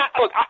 look